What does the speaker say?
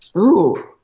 so ooh,